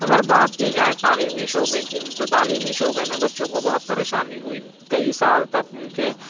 اگر بات کی جائے تعلیمی شعبے کی تو تعلیمی شعبے میں بچوں کو بہت پریشانی ہوئی کئی سال تک ان کے